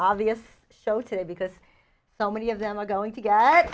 obvious show today because so many of them are going to get